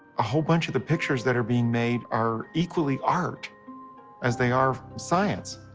a whole bunch of the pictures that are being made are equally art as they are science.